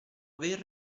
aver